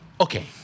Okay